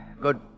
good